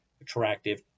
attractive